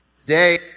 Today